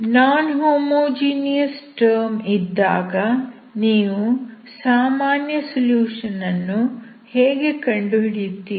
ನಾನ್ homogeneous term ಇದ್ದಾಗ ನೀವು ಸಾಮಾನ್ಯ ಸೊಲ್ಯೂಷನ್ ಅನ್ನು ಹೇಗೆ ಕಂಡುಹಿಡಿಯುತ್ತೀರಿ